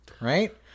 right